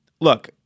look